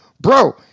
Bro